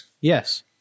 Yes